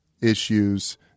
issues